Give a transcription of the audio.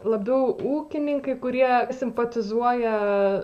labiau ūkininkai kurie simpatizuoja